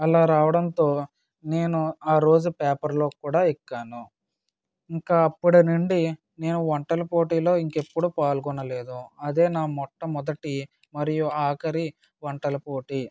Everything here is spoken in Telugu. అలా రావడంతో నేను ఆ రోజు పేపర్లో కూడా ఎక్కాను ఇంకా అప్పటి నుండి నేను వంటల పోటీలో ఇంకెప్పుడు పాల్గొనలేదు అదే నా మొట్టమొదటి మరియు ఆఖరి వంటల పోటీ